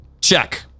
check